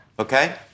Okay